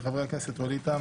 של חברי הכנסת ווליד טאהא,